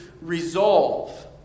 resolve